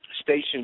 stations